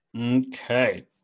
Okay